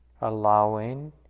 allowing